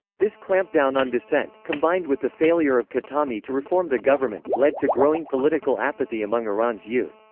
this clampdown on dissent, combined with the failure of khatami to reform the government, led to growing political apathy among iran's youth.